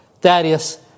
Thaddeus